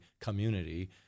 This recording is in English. community